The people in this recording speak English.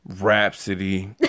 Rhapsody